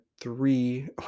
three